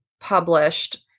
published